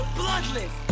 bloodless